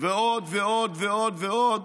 ועוד ועוד ועוד ועוד.